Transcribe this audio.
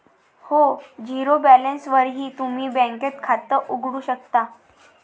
हो, झिरो बॅलन्सवरही तुम्ही बँकेत खातं उघडू शकता